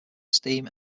esteem